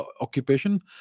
occupation